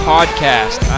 Podcast